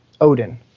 Odin